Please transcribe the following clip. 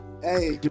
Hey